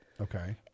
Okay